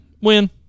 Win